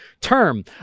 term